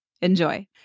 Enjoy